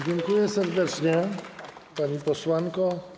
Dziękuję serdecznie, pani posłanko.